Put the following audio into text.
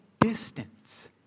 distance